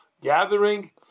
gathering